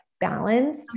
balance